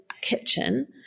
Kitchen